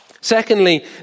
Secondly